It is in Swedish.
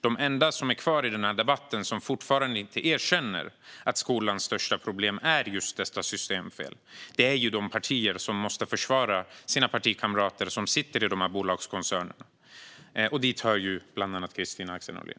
De enda som är kvar i debatten och som fortfarande inte erkänner att skolans största problem är just detta systemfel är de partier som måste försvara sina partikamrater som sitter i dessa bolagskoncerner. Dit hör bland andra Kristina Axén Olin.